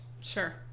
Sure